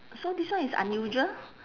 so this one is unusual